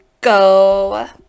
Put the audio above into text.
go